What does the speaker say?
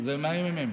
זה מהממ"מ.